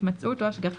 התמצאות או השגחה,